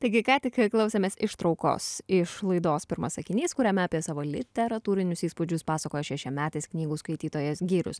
taigi ką tik klausėmės ištraukos iš laidos pirmas sakinys kuriame apie savo literatūrinius įspūdžius pasakojo šešiametis knygų skaitytojas girius